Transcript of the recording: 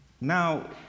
Now